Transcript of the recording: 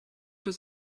does